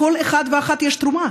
לכל אחד ואחת יש תרומה.